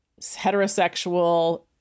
heterosexual